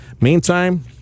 Meantime